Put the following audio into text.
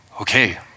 okay